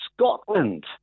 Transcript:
Scotland